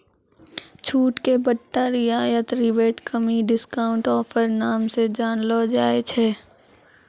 छूट के बट्टा रियायत रिबेट कमी डिस्काउंट ऑफर नाम से जानलो जाय छै